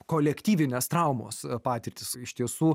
kolektyvinės traumos patirtys iš tiesų